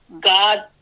God